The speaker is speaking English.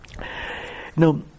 Now